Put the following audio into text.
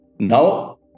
Now